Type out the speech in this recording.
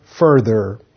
further